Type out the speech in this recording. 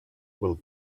will